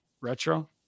Retro